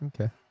okay